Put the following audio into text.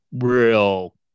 real